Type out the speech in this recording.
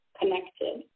connected